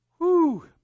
whoo